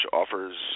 offers